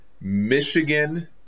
Michigan